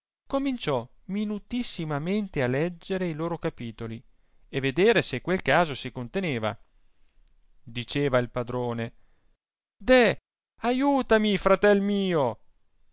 cominciò minutissimamente a leggere i loro capitoli e vedere se quel caso si conteneva diceva il padrone deh aiutami fratel mio